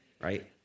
right